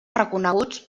reconeguts